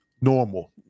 normal